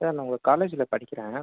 sir நான் உங்கள் காலேஜில் படிக்கிறேன்